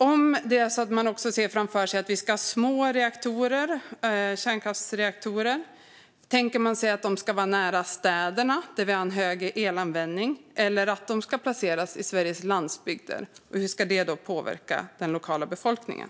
Om man också ser framför sig att vi ska ha små kärnkraftsreaktorer, tänker man sig att de ska vara nära städerna där vi har en högre elanvändning eller ska de placeras i Sveriges landsbygder, och hur ska det då påverka den lokala befolkningen?